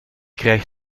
krijg